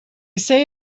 say